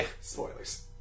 Spoilers